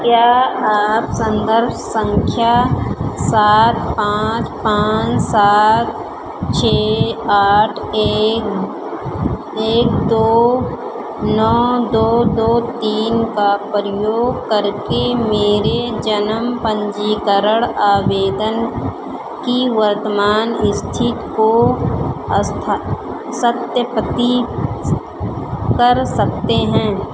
क्या आप संदर्भ संख्या सात पाँच पाँच सात छः आठ एक दो नौ दो दो तीन का उपयोग करके मेरे जन्म पंजीकरण आवेदन की वर्तमान स्थिति को सत्यापित कर सकते हैं